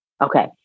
Okay